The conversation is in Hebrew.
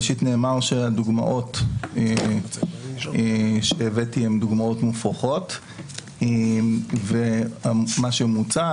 ראשית נאמר שהדוגמאות שהבאתי הן דוגמאות מופרכות ומה שמוצע